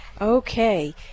Okay